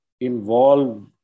involve